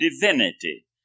divinity